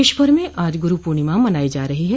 देशभर में आज गुरू पूर्णिमा मनाई जा रही है